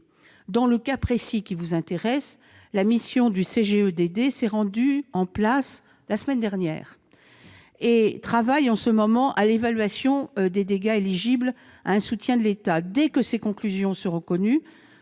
Dans le cas précis qui vous intéresse, la mission du CGEDD s'est rendue sur place la semaine dernière. Elle travaille en ce moment même à l'évaluation des dégâts éligibles à un soutien de l'État. Dès que ses conclusions seront connues,